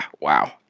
wow